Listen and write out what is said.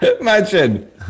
Imagine